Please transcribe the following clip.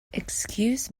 excuse